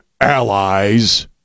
allies